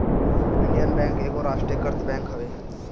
Indian bank एगो राष्ट्रीयकृत bank हवे